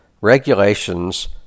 regulations